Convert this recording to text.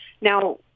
Now